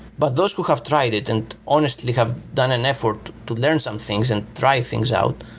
but those who have tried it and honestly have done an effort to learn some things and try things out,